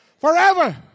Forever